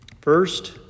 First